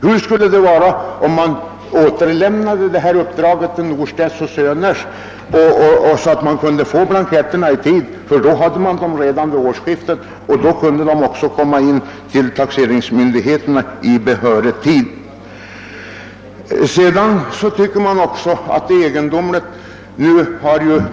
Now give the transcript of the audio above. Hur skulle det vara om man lät tryckningsuppdraget återgå till Norstedt & Söner, så att man kunde få blanketterna i tid? Man borde ha dem tillgängliga redan vid årsskiftet så att de kunde komma in till taxeringsmyndigheterna vid behörig tidpunkt.